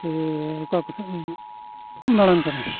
ᱪᱮ ᱚᱠᱟᱠᱚ ᱥᱮᱫᱮᱢ ᱫᱟᱬᱟᱱ ᱠᱟᱱᱟ